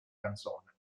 canzone